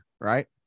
right